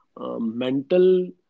mental